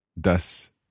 dass